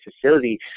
facility